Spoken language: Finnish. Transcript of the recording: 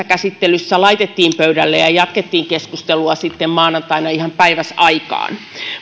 käsittelyssä laitettiin pöydälle ja keskustelua jatkettiin sitten maanantaina ihan päiväsaikaan